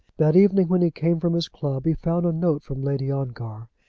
that evening, when he came from his club, he found a note from lady ongar.